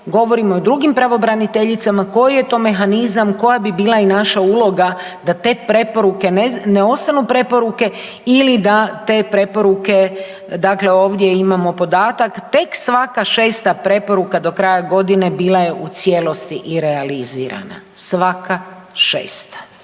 govorimo i o drugim pravobraniteljicama koji je to mehanizam, koja bi bila i naša uloga da te preporuke ne ostanu preporuke ili da te preporuke, dakle ovdje imamo podatak tek svaka 6. preporuka do kraja godine bila u cijelosti i realizirana svaka 6.